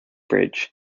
bridge